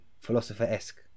philosopher-esque